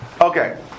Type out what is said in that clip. Okay